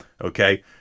okay